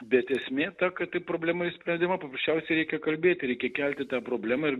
bet esmė ta kad tai problema išsprendžiama paprasčiausiai reikia kalbėti reikia kelti tą problemą ir